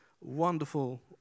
wonderful